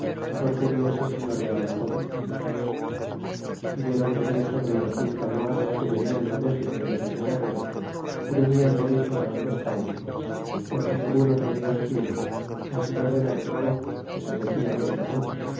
porque bien se señoreaba todo y vieron venir sobre dos mil canoas que venían de méxico llenas de guerreros y venian derechos adonde estábamos porque segun otro dia supimos el señor de méxico que se decia guatemuz